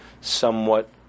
somewhat